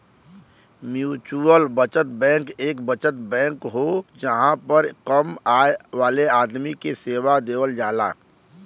mutual बचत bank एक बचत बैंक हो जहां पर कम आय वाले आदमी के सेवा देवल जाला